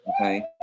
Okay